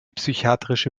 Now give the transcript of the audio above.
psychiatrische